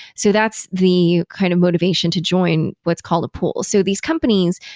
so that's the kind of motivation to join what's called a pool so these companies,